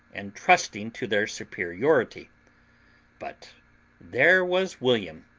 and trusting to their superiority but there was william,